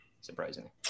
surprisingly